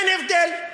אין הבדל.